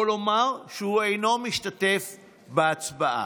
או לומר שהוא אינו משתתף בהצבעה.